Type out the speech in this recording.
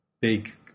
Big